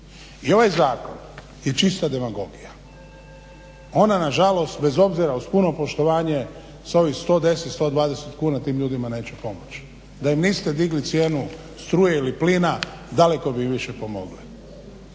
I ovaj zakon je čista demagogija. Ona nažalost bez obzira uz puno poštovanje s ovih 110, 120 kuna tim ljudima neće pomoći. Da im niste digli cijenu struje ili plina daleko bi više pomogli.